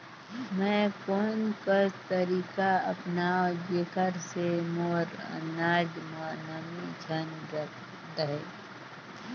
मैं कोन कस तरीका अपनाओं जेकर से मोर अनाज म नमी झन रहे?